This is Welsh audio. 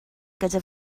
gyda